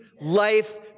life